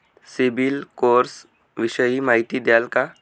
CIBIL score विषयी माहिती द्याल का?